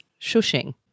shushing